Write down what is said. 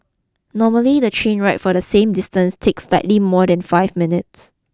normally the train ride for the same distance takes slightly more than five minutes